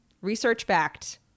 Research-backed